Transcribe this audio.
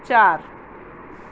ચાર